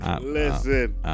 Listen